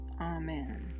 amen